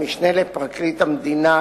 המשנה לפרקליט המדינה,